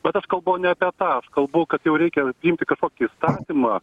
bet aš kalbu ne apie tą aš kalbu kad jau reikia priimti kažkokį įstatymą